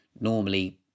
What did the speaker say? normally